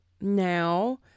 now